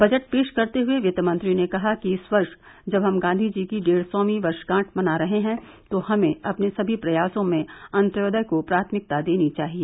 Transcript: budget पेश करते हुए वित्तमंत्री ने कहा कि इस वर्ष जब हम गांधीजी की डेढ सौवी वर्षगांठ मना रहे हैं तो हमें अपने सभी प्रयासों में अंत्योदय को प्राथमिकता देनी चाहिए